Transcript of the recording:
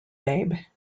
babe